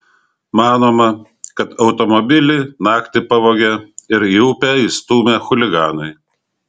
manoma kad automobilį naktį pavogė ir į upę įstūmė chuliganai